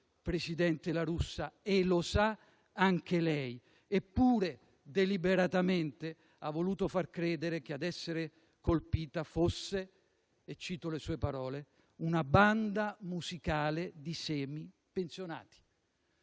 presidente La Russa, e lo sa anche lei; eppure deliberatamente ha voluto far credere che ad essere colpita fosse - e cito le sue parole - «una banda musicale di semipensionati».